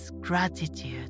gratitude